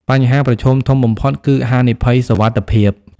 បញ្ហាប្រឈមធំបំផុតគឺហានិភ័យសុវត្ថិភាព។